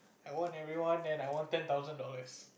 I won everyone then I won ten thousand dollars